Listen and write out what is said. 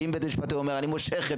ואם בית המשפט היה אומר: אני מושך את